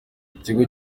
ikigo